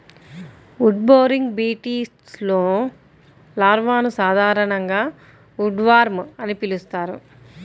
wood boring బీటిల్స్లో లార్వాలను సాధారణంగా ఉడ్వార్మ్ అని పిలుస్తారు